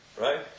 Right